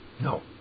No